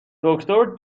دکتر